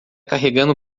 carregando